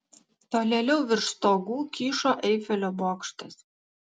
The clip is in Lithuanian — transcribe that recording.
tolėliau virš stogų kyšo eifelio bokštas